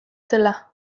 zela